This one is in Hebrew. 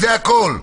זה הכול.